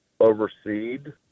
overseed